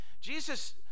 Jesus